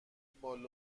بال